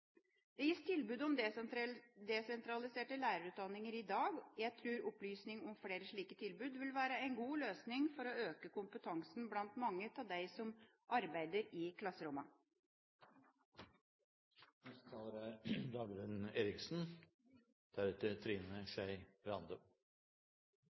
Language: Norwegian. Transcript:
Det gis tilbud om desentraliserte lærerutdanninger i dag. Jeg tror opplysning om flere slike tilbud vil være en god løsning for å øke kompetansen blant mange av dem som arbeider i